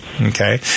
okay